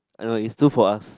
I know is too for us